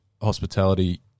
hospitality